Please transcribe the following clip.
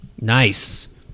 Nice